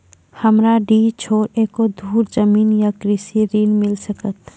हमरा डीह छोर एको धुर जमीन न या कृषि ऋण मिल सकत?